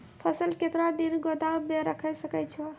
फसल केतना दिन गोदाम मे राखै सकै छौ?